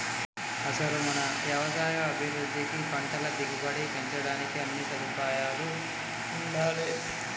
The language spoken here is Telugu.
అసలు మన యవసాయ అభివృద్ధికి పంటల దిగుబడి పెంచడానికి అన్నీ సదుపాయాలూ ఉండాలే